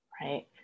Right